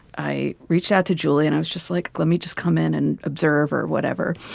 i reached out to julie and i was just like, let me just come in and observe or whatever.